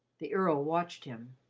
the earl watched him.